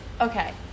Okay